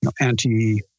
anti